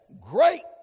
great